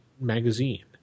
Magazine